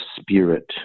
spirit